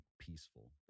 peaceful